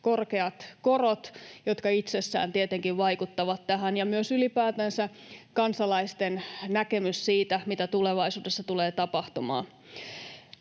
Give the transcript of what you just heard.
korkeat korot, jotka itsessään tietenkin vaikuttavat tähän, ja myös ylipäätänsä kansalaisten näkemys siitä, mitä tulevaisuudessa tulee tapahtumaan.